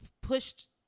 pushed